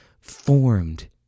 formed